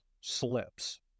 slips